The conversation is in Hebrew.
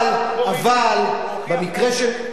אבל במקרה של,